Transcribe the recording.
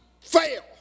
fail